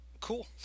Cool